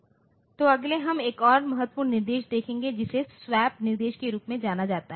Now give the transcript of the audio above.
तो अगले हम एक और महत्वपूर्ण निर्देश देखेंगे जिसे स्वैप निर्देश के रूप में जाना जाता है